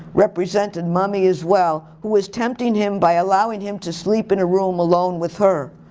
represented mommy as well, who was tempting him by allowing him to sleep in a room alone with her.